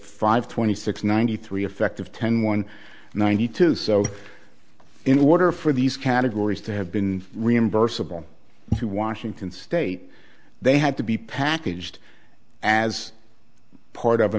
five twenty six ninety three effective ten one ninety two so in order for these categories to have been reimbursable to washington state they had to be packaged as part of a